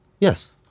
Yes